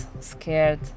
scared